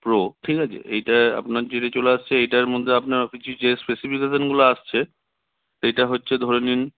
pro ঠিক আছে এইটা আপনার জন্যে চলে আসছে এইটার মধ্যে আপনার কিছু যে স্পেসিফিকেশনগুলো আসছে সেটা হচ্ছে ধরে নিন